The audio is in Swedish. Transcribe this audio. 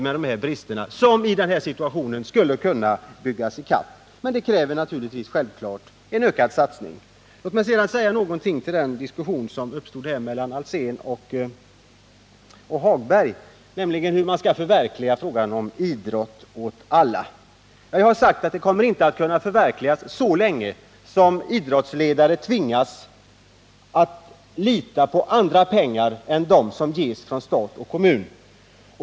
Bristerna skulle i denna situation kunna byggas bort. Men det kräver naturligtvis en ökad satsning. Låt mig säga några ord om den diskussion som här uppstod mellan Hans Alsén och Lars-Ove Hagberg om hur vi skall kunna förverkliga parollen idrott åt alla. Jag har sagt att den parollen inte kommer att kunna förverkligas så länge idrottsledare tvingas att förlita sig på andra pengar än de som ges från stat och kommun.